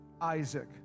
Isaac